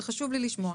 זה חשוב לי לשמוע.